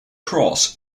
cross